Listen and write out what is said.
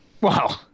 Wow